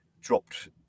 Dropped